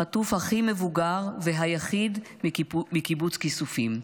החטוף הכי מבוגר והיחיד מקיבוץ כיסופים.